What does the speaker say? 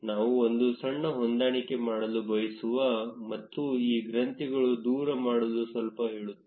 ನಾವು ಒಂದು ಸಣ್ಣ ಹೊಂದಾಣಿಕೆ ಮಾಡಲು ಬಯಸುವ ಮತ್ತುಈ ಗ್ರಂಥಿಗಳು ದೂರ ಮಾಡಲು ಸ್ವಲ್ಪ ಹೇಳುತ್ತಾರೆ